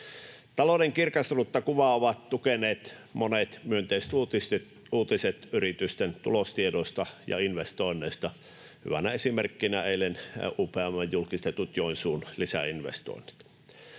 Talouden kirkastunutta kuvaa ovat tukeneet monet myönteiset uutiset yritysten tulostiedoista ja investoinneista. Hyvänä esimerkkinä eilen UPM:n julkistetut Joensuun lisäinvestoinnit.